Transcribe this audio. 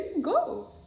Go